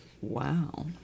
wow